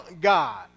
God